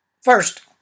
First